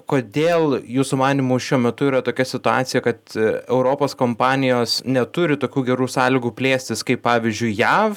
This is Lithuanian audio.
kodėl jūsų manymu šiuo metu yra tokia situacija kad europos kompanijos neturi tokių gerų sąlygų plėstis kaip pavyzdžiui jav